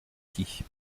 qui